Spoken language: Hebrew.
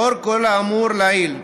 לאור כל האמור לעיל,